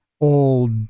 old